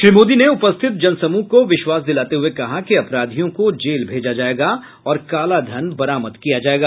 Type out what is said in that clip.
श्री मोदी ने उपस्थित जनसमूह को विश्वास दिलाते हुए कहा कि अपराधियों को जेल भेजा जायेगा और काला धन बरामद किया जायेगा